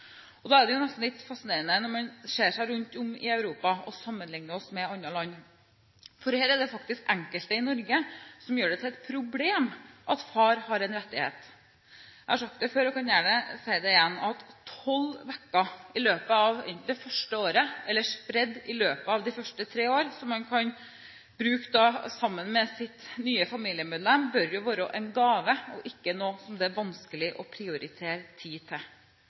Det er nesten litt fascinerende, når man ser seg rundt om i Europa og sammenligner oss med andre land, at det faktisk er enkelte i Norge som gjør det til et problem at far har en rettighet. Jeg har sagt det før, og jeg kan gjerne si det igjen: Tolv uker i løpet av enten det første året eller spredt i løpet av de første tre år, som man kan bruke sammen med sitt nye familiemedlem, bør være en gave og ikke noe som det er vanskelig å prioritere tid til.